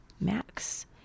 Max